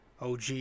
OG